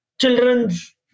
children's